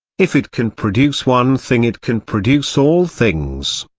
if it can produce one thing it can produce all things.